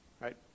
right